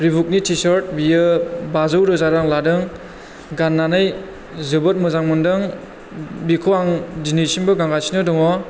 रिबुकनि T-shirt बियो बाजौ रोजा रां लादों गाननानै जोबोद मोजां मोनदों बिखौ आं दिनैसिमबो गानगासिनो दङ